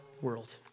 world